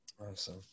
awesome